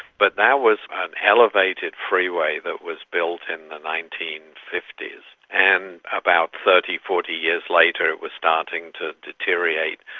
but that was an elevated freeway that was built in the nineteen fifty s, and about thirty, forty years later it was starting to deteriorate,